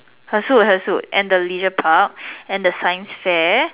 her suit her suit and the leisure park and the science fair